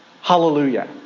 Hallelujah